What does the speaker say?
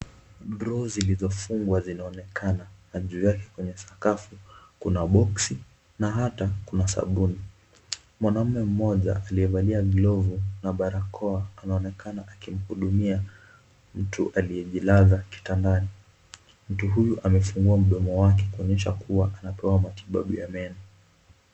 Draw zilizofungwa zinaonekana na juu yake kwenye sakafu kuna boksi na hata kuna sabuni. Mwanaume mmoja aliyevalia glovu na barakoa anaonekana akimhudumia mtu aliyejilaza kitandani. Mtu huyu amefungua mdomo wake kuonyesha kuwa anapewa matibabu ya meno.